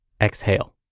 exhale